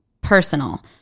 personal